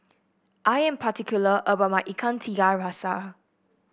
I am particular about my Ikan Tiga Rasa